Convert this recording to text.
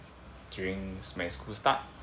during when school start